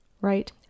Right